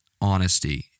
honesty